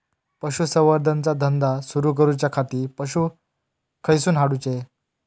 पशुसंवर्धन चा धंदा सुरू करूच्या खाती पशू खईसून हाडूचे?